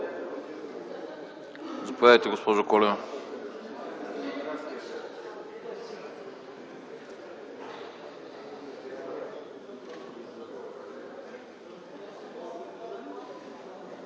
Заповядайте, госпожо Колева.